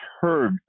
heard